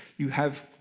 you have